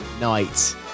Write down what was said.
night